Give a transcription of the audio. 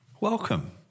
Welcome